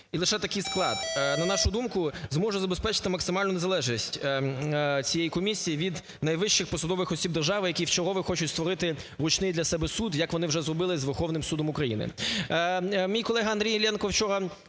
і лише такий склад, на нашу думку, зможе забезпечити максимальну незалежність цієї комісії від найвищих посадових осіб держави, які вчергове хочуть створити ручний для себе суд, як вони вже зробили з Верховним Судом України.